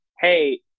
hey